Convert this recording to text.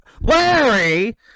Larry